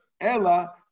Ella